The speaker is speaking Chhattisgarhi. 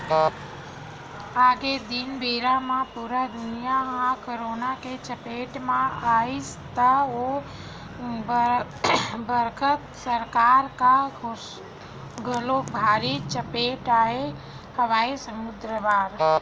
आये दिन बेरा म पुरा दुनिया ह करोना के चपेट म आइस त ओ बखत सरकार ल घलोक भारी चपेट आय हवय मुद्रा बर